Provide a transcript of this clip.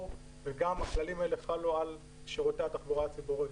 וגם הכללים האלו חלו על שירותי התחבורה הציבורית.